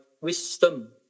wisdom